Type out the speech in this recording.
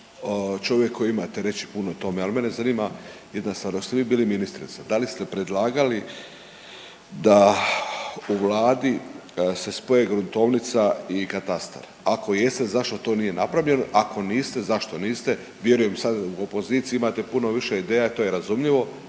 čovjek koji imate reći puno o tome. Ali mene zanima jedna stvar. Dok ste vi bili ministrica, da li ste predlagali da u Vladi se spoje gruntovnica i katastar? Ako jeste, zašto to nije napravljeno, ako niste, zašto niste? Vjerujem sad u opoziciji imate puno više ideja, to je razumljivo,